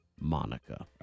Monica